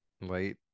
Light